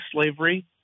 slavery